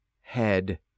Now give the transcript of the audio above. head